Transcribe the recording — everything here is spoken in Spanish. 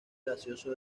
gaseoso